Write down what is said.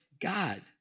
God